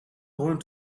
going